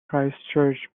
christchurch